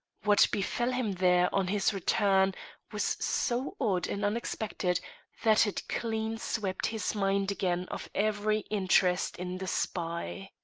what befell him there on his return was so odd and unexpected that it clean swept his mind again of every interest in the spy.